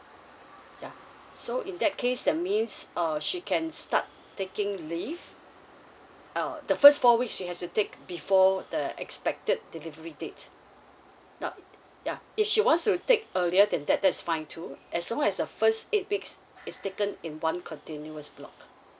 yeah so in that case that means uh she can start taking leave uh the first four weeks she has to take before the expected delivery date now yeah if she wants to take earlier than that that's fine too as long as the first eight weeks is taken in one continuous block